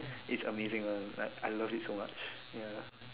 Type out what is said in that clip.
it's amazing lah like I love it so much yeah